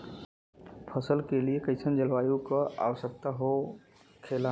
फसल के लिए कईसन जलवायु का आवश्यकता हो खेला?